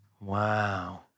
Wow